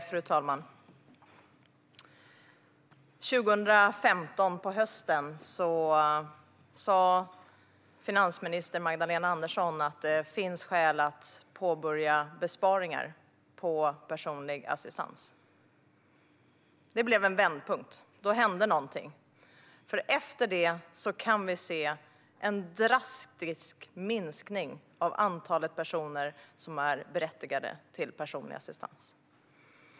Fru talman! Hösten 2015 sa finansminister Magdalena Andersson att det finns skäl att påbörja besparingar på personlig assistans. Det blev en vändpunkt. Då hände någonting, för efter det kan vi se en drastisk minskning av antalet personer som är berättigade till personlig assistans.